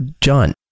John